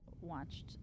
watched